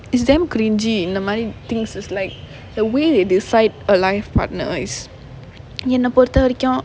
it's damn cringey இந்தமாரி:inthamaari things is like the way they decide a life partner is என்ன பொறுத்தவரைக்கும்:enna poruththavaraikkum